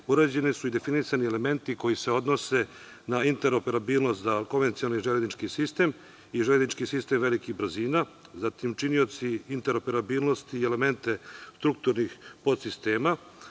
urađeni su i definisani elementi koji se odnose na interoperabilnost za konvencionalni železnički sistem, i železnički sistem velikih brzina. Zatim činioci interoperabilnosti i elementi strukturnih podsistema,